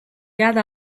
got